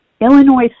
Illinois